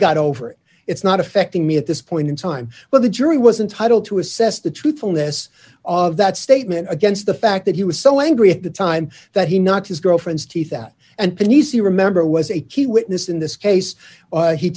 got over it it's not affecting me at this point in time where the jury was entitle to assess the truthfulness of that statement against the fact that he was so angry at the time that he knocked his girlfriend's teeth out and easy remember was a key witness in this case